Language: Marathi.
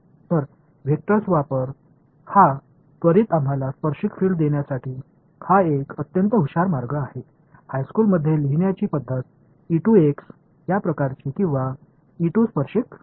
तर वेक्टर्सचा वापर हा त्वरित आम्हाला स्पर्शिक फिल्ड देण्यासाठी हा एक अत्यंत हुशार मार्ग आहे हायस्कूलमध्ये लिहिण्याची पद्धत या प्रकारची किंवा स्पर्शिक होती